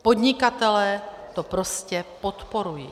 Podnikatelé to prostě podporují.